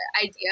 idea